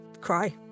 cry